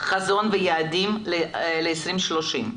חזון ויעדים ל-2030,